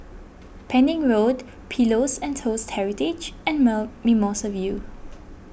Pending Road Pillows and Toast Heritage and Mimosa View